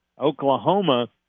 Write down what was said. Oklahoma